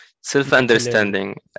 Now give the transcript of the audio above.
self-understanding